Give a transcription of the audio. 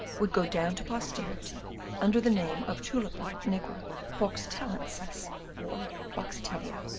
would go down to posterity under the name of tulipa nigra boxtellensis or boxtellea.